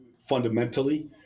fundamentally